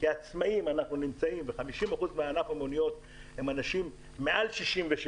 כעצמאים אנחנו נמצאים ו-50 אחוזים מענף המוניות הם אנשים מעל גיל 67